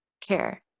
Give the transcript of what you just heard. care